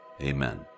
Amen